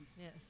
Yes